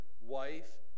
wife